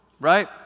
right